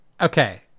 Okay